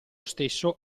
stesso